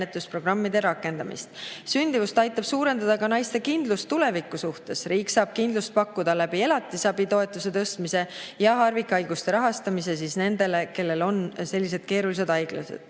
vägivallaennetusprogrammide rakendamist. Sündimust aitab suurendada ka naiste kindlus tuleviku suhtes. Riik saab kindlust pakkuda elatisabitoetuse tõstmisega ja harvikhaiguste rahastamisega nendele, kellel on sellised keerulised haigused.